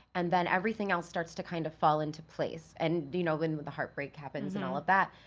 and then everything else starts to kind of fall into place. and, you know, when the heartbreak happens and all of that.